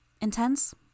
Intense